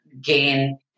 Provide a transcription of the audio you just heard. gain